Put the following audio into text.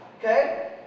Okay